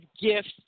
gifts